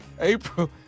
April